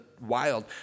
Wild